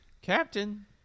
Captain